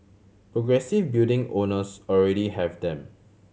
progressive building owners already have them